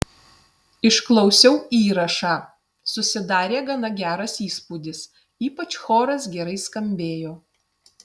išklausiau įrašą susidarė gana geras įspūdis ypač choras gerai skambėjo